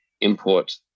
import